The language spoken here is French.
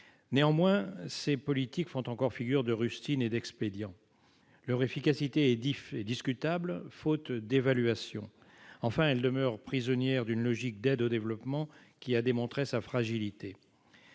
Néanmoins, ces politiques font encore figure de rustines et d'expédients. Leur efficacité est discutable, faute d'évaluation. Et elles demeurent prisonnières d'une logique d'aide au développement, qui a démontré sa fragilité.